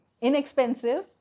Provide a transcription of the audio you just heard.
inexpensive